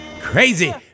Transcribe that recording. crazy